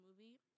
movie